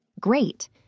great